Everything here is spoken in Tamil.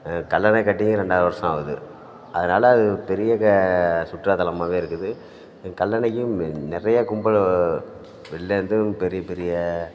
கல்லணை கட்டியும் ரெண்டாயிரம் வருஷம் ஆகுது அதனால அது பெரிய க சுற்றுலாத்தலமாகவே இருக்குது கல்லணையும் நிறைய கும்பல் வெள்லேருந்தும் பெரிய பெரிய